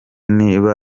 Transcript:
niba